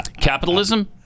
Capitalism